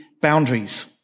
boundaries